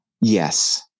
Yes